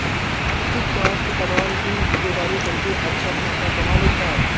अंकित काष्ठ कबाड़ की ठेकेदारी करके अच्छा मुनाफा कमा लेता है